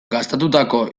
gastatutako